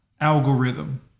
algorithm